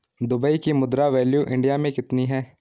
Dubai की मुद्रा value India मे कितनी है?